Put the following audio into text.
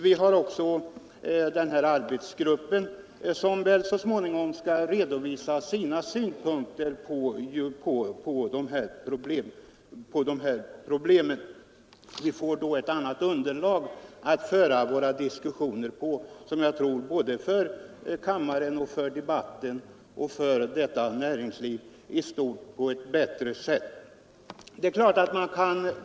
Vi har också denna arbetsgrupp jordbruksministern tillsatt som så småningom skall redovisa sina synpunkter på kalhuggningsproblemen. Vi får då ett underlag för att föra denna diskussion på ett bättre sätt. Detta tror jag blir till gagn inte bara för debatten här i kammaren och för den allmänna debatten utan även för denna näringsgren.